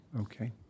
Okay